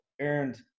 earned